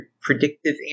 predictive